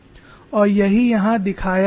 और यही यहाँ दिखाया गया है